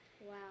Wow